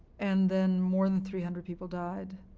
and then more than three hundred people died,